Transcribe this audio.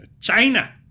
China